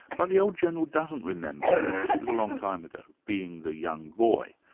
but the old general doesn't remember, because it was a long time ago, being the young boy.